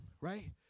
Right